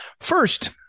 First